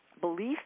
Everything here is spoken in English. Belief